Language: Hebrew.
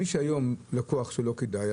מי שהיום הוא לקוח שלא כדאי,